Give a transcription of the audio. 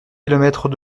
kilomètres